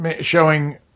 showing